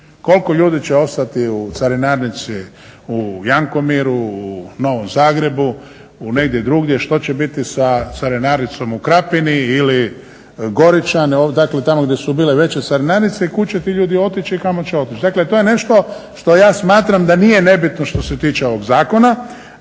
koliko ljudi će ostati u carinarnici u Jankomiru, u Novom Zagrebu, negdje drugdje. Što će biti sa carinarnicom u Krapini ili Goričani, dakle tamo gdje su bile veće carinarnice i kud će ti ljudi otići i kamo će otići. Dakle, to je nešto što ja smatram da nije nebitno što se tiče ovog zakona.